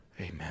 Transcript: Amen